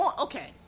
okay